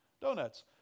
Donuts